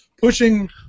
pushing